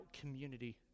community